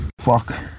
fuck